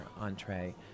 entree